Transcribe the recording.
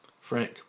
Frank